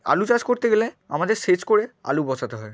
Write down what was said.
আলু চাষ করতে গেলে আমাদের সেচ করে আলু বসাতে হয়